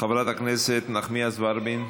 חברת הכנסת נחמיאס ורבין.